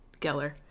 Geller